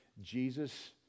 Jesus